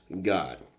God